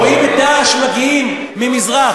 רואים את "דאעש" מגיעים ממזרח,